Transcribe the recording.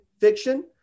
fiction